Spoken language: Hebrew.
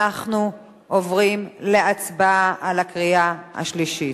אנחנו עוברים להצבעה על הקריאה השלישית.